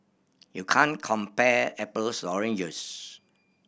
you can't compare apples oranges